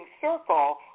circle